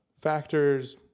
factors